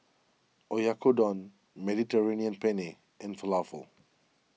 Oyakodon Mediterranean Penne and Falafel